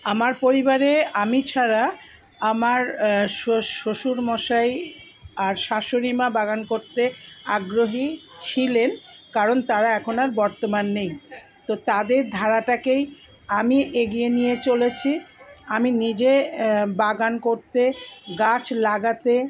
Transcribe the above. আমার পরিবারে আমি ছাড়া আমার শ্বশুরমশাই আর শাশুড়ি মা বাগান করতে আগ্রহী ছিলেন কারণ তারা এখন আর বর্তমান নেই তো তাদের ধারাটাকেই আমি এগিয়ে নিয়ে চলেছি আমি নিজে বাগান করতে গাছ লাগাতে